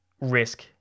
risk